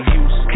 use